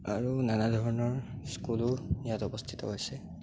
আৰু নানা ধৰণৰ স্কুলো ইয়াত অৱস্থিত আছে